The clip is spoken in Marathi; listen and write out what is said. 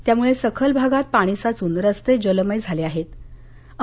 त्यामुळे सखल भागात पाणी साचून रस्ते जलमय झाले होते